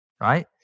right